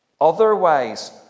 Otherwise